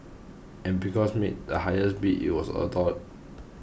and because made the highest bid it was adore